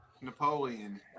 Napoleon